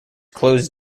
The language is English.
closed